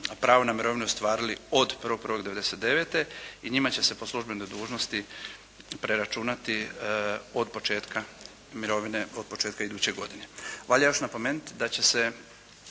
prvo na mirovinu ostvarili od 1.1.99. i njima će se po službenoj dužnosti preračunati od početka mirovine, od početka iduće godine.